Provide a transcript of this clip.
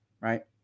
Right